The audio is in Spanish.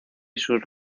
sus